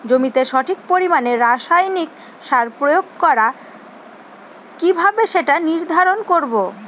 জমিতে সঠিক পরিমাণে রাসায়নিক সার প্রয়োগ করা কিভাবে সেটা নির্ধারণ করব?